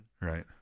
right